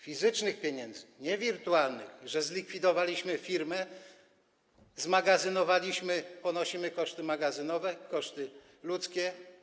Fizycznych pieniędzy, nie wirtualnych - zlikwidowaliśmy firmy, zmagazynowaliśmy, ponosimy koszty magazynowe, koszty ludzkie.